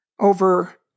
over